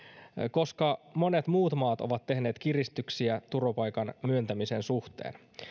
koska monet muut maat ovat tehneet kiristyksiä turvapaikan myöntämisen suhteen